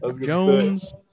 Jones